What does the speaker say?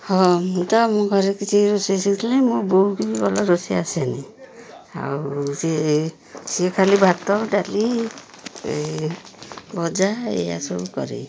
ହଁ ମୁଁ ତ ମୋ ଘରେ କିଛି ରୋଷେଇ ଶିଖଥିଲି ମୋ ବୋଉ ବି ଭଲ ରୋଷେଇ ଆସେନି ଆଉ ସି ସିଏ ଖାଲି ଭାତ ଡାଲି ଏ ଭଜା ଏୟା ସବୁ କରେ